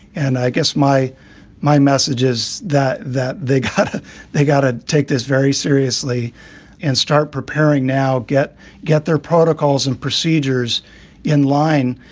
and i guess my my message is that that they got ah they got to take this very seriously and start preparing now get get their protocols and procedures in line.